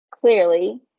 clearly